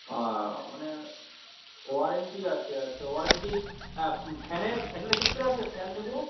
ও মানে ওয়ারেন্টি আছে আচ্ছা ওয়ারেন্টি ফ্যানের ফ্যানের ক্ষেত্রে আছে ফ্যান নেবো